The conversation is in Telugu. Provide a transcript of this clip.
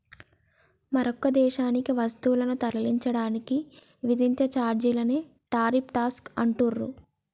మరొక దేశానికి వస్తువులను తరలించడానికి విధించే ఛార్జీలనే టారిఫ్ ట్యేక్స్ అంటుండ్రు